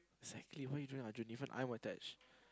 exactly what are you doing Arjun even I'm attached